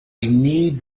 need